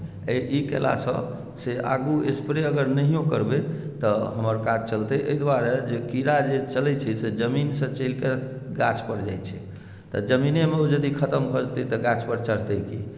अइ ई कयलासँ से आगू अगर स्प्रे नहियो करबै तऽ हमर काज चलतै एहि द्वारे जे कीड़ा जे चलैत छै से जमीनसँ चढ़ि कऽ गाछपर जाइत छै तऽ जमीनेमे यदि ओ खतम भऽ जेतै तऽ गाछपर चढ़तै की